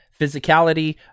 Physicality